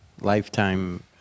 lifetime